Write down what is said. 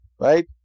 right